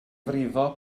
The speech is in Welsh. frifo